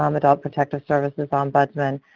um adult protective services, ombudsmen,